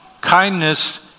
kindness